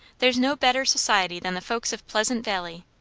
there's no better society than the folks of pleasant valley.